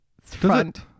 front